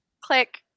Click